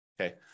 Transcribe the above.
Okay